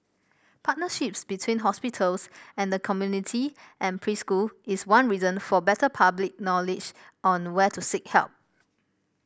partnerships between hospitals and the community and preschool is one reason for better public knowledge on where to seek help